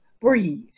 Breathe